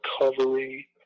recovery